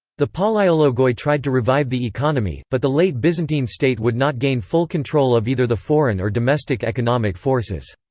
the palaiologoi tried to revive the economy, but the late byzantine state would not gain full control of either the foreign or domestic economic forces.